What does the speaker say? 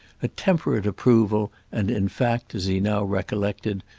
a temperate approval and in fact, as he now recollected,